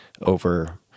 over